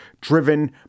driven